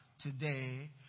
today